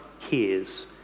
cares